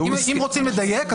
אז אם רוצים לדייק,